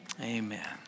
Amen